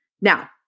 Now